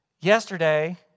Yesterday